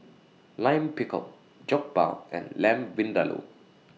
Lime Pickle Jokbal and Lamb Vindaloo